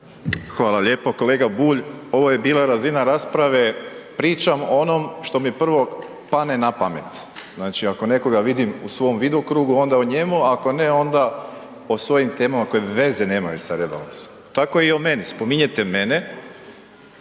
Hvala lijepo. Kolega Bulj ovo je bila razina rasprave pričam o onom što mi prvo pane napamet. Znači ako nekoga vidim u svom vidokrugu onda o njemu, a ako ne onda o svojom temama koje veze nemaju sa rebalansom. Tako i o meni, spominjete mene